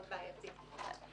יש לך עוד הערות?